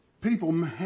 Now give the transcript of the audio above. people